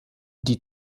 die